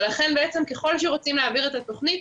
ולכן, אם רוצים להעביר את התוכנית,